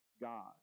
God